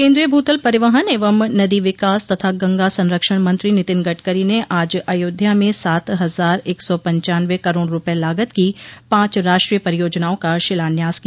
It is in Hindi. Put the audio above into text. केन्द्रीय भूतल परिवहन एवं नदी विकास तथा गंगा संरक्षण मंत्री नितिन गडकरी ने आज अयोध्या में सात हजार एक सौ पनचानवें करोड़ रूपये लागत की पांच राष्ट्रीय परियोजनाओं का शिलान्यास किया